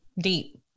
deep